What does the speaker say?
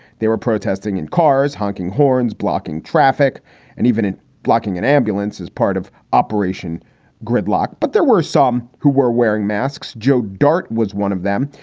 they were protesting in cars, honking horns, blocking traffic and even blocking an ambulance as part of operation gridlock. but there were some who were wearing masks. jo dart was one of them.